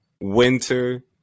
winter